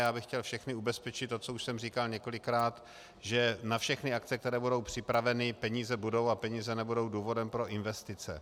Já bych chtěl všechny ubezpečit o tom, co už jsem říkal několikrát, že na všechny akce, které budou připraveny, peníze budou a peníze nebudou důvodem pro investice.